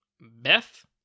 Beth